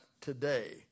today